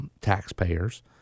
taxpayers